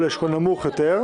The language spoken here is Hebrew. או לאשכול נמוך יותר,